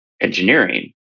engineering